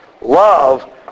Love